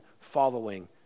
following